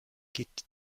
geht